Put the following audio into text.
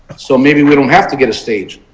so maybe we don't have to get a stage.